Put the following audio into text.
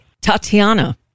Tatiana